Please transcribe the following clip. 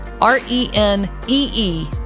R-E-N-E-E